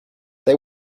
they